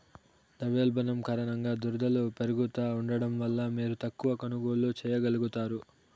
ద్రవ్యోల్బణం కారణంగా దరలు పెరుగుతా ఉండడం వల్ల మీరు తక్కవ కొనుగోల్లు చేయగలుగుతారు